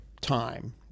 time